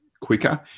quicker